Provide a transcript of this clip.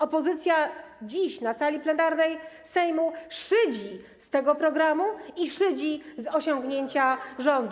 Opozycja dziś na sali plenarnej Sejmu szydzi z tego programu i szydzi z osiągnięcia rządu.